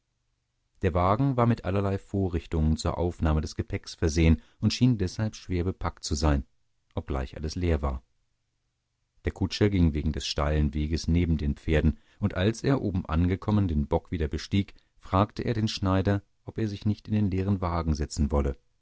der wagen war mit allerlei vorrichtungen zur aufnahme des gepäckes versehen und schien deswegen schwer bepackt zu sein obgleich alles leer war der kutscher ging wegen des steilen weges neben den pferden und als er oben angekommen den bock wieder bestieg fragte er den schneider ob er sich nicht in den leeren wagen setzen wolle